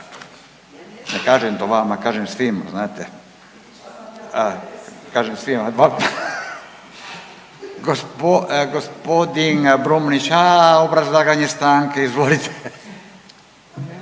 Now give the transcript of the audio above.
Ne kažem to vama, kažem svima znate. Kažem svima … Gospodin Brumnić, aaa obrazlaganje stanke, izvolite.